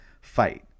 fight